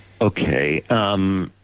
Okay